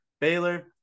Baylor